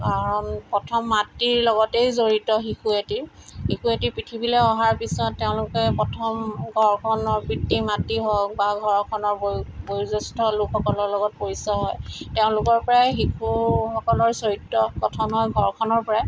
প্ৰথম মাতৃৰ লগতে জড়িত শিশু এটি শিশু এটি পৃথিৱীলৈ অহাৰ পিছত তেওঁলোকে প্ৰথম ঘৰখনৰ পিতৃ মাতৃ হওক বা ঘৰখনৰ বয়ো বয়োজ্যেষ্ঠ লোকসকলৰ লগত পৰিচয় হয় তেওঁলোকৰ পৰাই শিশুসকলৰ চৰিত্ৰ গঠন হয় ঘৰখনৰ পৰাই